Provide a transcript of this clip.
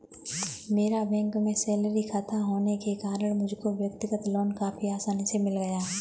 मेरा बैंक में सैलरी खाता होने के कारण मुझको व्यक्तिगत लोन काफी आसानी से मिल गया